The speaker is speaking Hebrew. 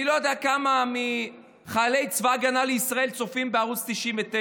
אני לא יודע כמה מחיילי צבא ההגנה לישראל צופים בערוץ 99,